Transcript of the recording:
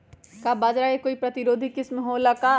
का बाजरा के कोई प्रतिरोधी किस्म हो ला का?